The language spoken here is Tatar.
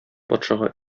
патшага